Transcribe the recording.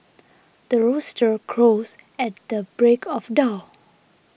the rooster crows at the break of dawn